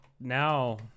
Now